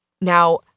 Now